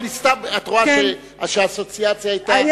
את רואה שהאסוציאציה היתה,